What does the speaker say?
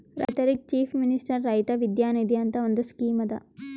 ರೈತರಿಗ್ chief minister Raitha Vidya Nidhi ಅಂತ್ ಒಂದ್ ಸ್ಕೀಮ್ ಅದಾ